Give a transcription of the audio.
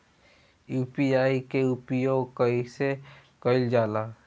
UPI के उपयोग कइसे कइल जाला?